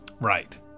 Right